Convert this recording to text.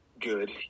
good